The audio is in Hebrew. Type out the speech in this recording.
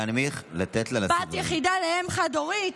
להנמיך, לתת לה, בת יחידה לאם חד-הורית,